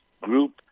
group